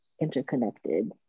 interconnected